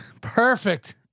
Perfect